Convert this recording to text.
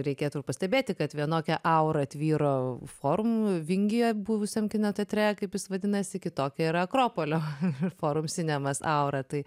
reikėtų ir pastebėti kad vienokia aura tvyro form vingyje buvusiam kino teatre kaip jis vadinasi kitokia yra akropolio forum sinemas aura tai